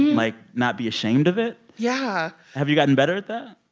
like, not be ashamed of it. yeah have you gotten better at that?